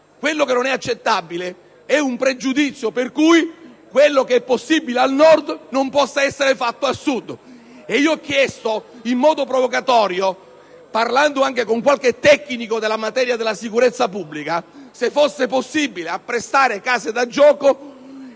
Quello che non è accettabile è il pregiudizio per cui ciò che è possibile al Nord non può essere fatto al Sud. Ho chiesto in modo provocatorio, parlando anche con qualche tecnico della materia concernente la sicurezza pubblica, se sia possibile istituire case da gioco